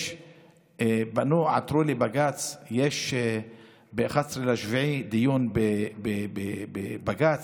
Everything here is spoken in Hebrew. פנו, עתרו לבג"ץ, יש ב-11 ביולי דיון בבג"ץ.